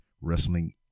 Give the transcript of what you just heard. wrestling